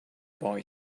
boy